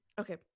okay